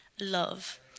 love